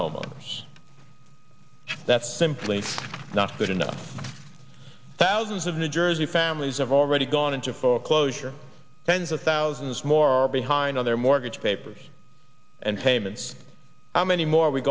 homeowners that's simply not good enough thousands of new jersey families have already gone into foreclosure tens of thousands more are behind on their mortgage papers and payments how many more are we